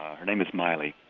her name is miley,